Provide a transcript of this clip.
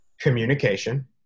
communication